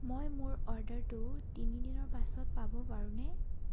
মই মোৰ অৰ্ডাৰটো তিনি দিনৰ পাছত পাব পাৰোঁনে